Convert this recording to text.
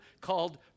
called